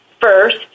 First